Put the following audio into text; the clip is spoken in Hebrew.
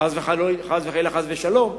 חס וחלילה, חס ושלום,